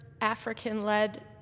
African-led